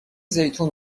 زیتون